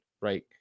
right